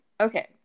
Okay